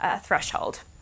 threshold